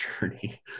journey